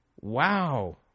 Wow